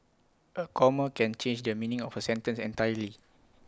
A comma can change the meaning of A sentence entirely